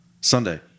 Sunday